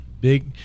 big